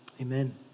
amen